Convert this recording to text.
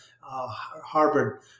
Harvard